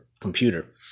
computer